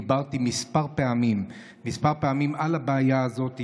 דיברתי כמה פעמים על הבעיה הזאת.